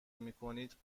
میکنید